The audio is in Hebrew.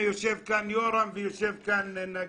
יושבים כאן יורם וגלילי.